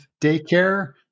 daycare